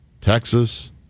Texas